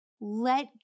let